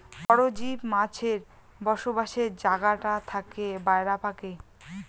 পরজীব মাছের বসবাসের জাগাটা থাকে বায়রা পাকে